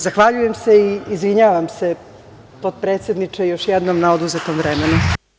Zahvaljujem se i izvinjavam se potpredsedniče još jednom na oduzetom vremenu.